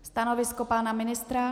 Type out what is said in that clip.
Stanovisko pana ministra?